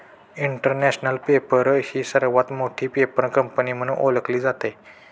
international paper ही सर्वात मोठी पेपर कंपनी म्हणून ओळखली जाते